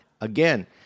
again